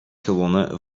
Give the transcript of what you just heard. gewonnen